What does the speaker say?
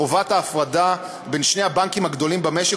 חובת ההפרדה בין שני הבנקים הגדולים במשק